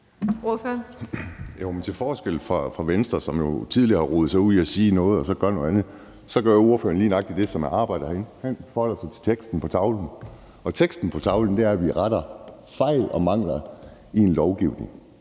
Til forskel fra Venstre, som jo tidligere har rodet sig ud i at sige noget og så gøre noget andet, gør ordføreren lige nøjagtig det, som er arbejdet herinde: Han forholder sig til teksten på tavlen. Teksten på tavlen er, at vi retter fejl og mangler i en lovgivning.